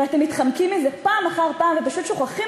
ואתם מתחמקים מזה פעם אחר פעם ופשוט שוכחים